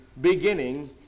beginning